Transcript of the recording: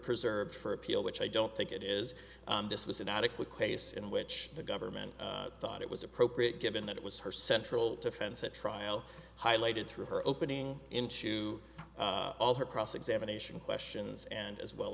preserved for appeal which i don't think it is this was an adequate case in which the government thought it was appropriate given that it was her central defense at trial highlighted through her opening into all her cross examination questions and as well